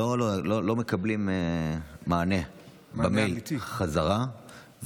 לא מקבלים מענה במייל חזרה.